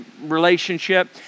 relationship